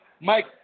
Mike